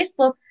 Facebook